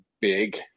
big